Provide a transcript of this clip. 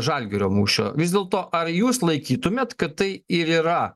žalgirio mūšio vis dėlto ar jūs laikytumėt kad tai ir yra